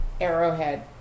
Arrowhead